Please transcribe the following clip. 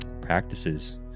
practices